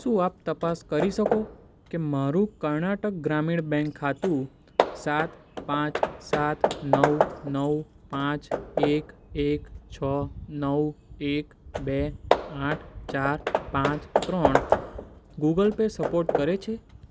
શું આપ તપાસ કરી શકો કે મારું કર્ણાટક ગ્રામીણ બેંક ખાતું સાત પાંચ સાત નવ નવ પાંચ એક એક છો નવ એક બે આઠ ચાર પાંચ ત્રણ ગૂગલ પે સપોર્ટ કરે છે